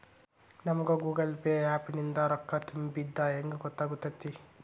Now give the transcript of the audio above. ನಮಗ Google Pay app ನಿಂದ ರೊಕ್ಕಾ ತುಂಬಿದ್ದ ಹೆಂಗ್ ಗೊತ್ತ್ ಆಗತೈತಿ?